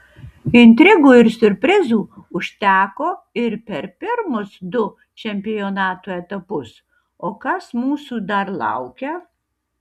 intrigų ir siurprizų užteko ir per pirmus du čempionato etapus o kas mūsų dar laukia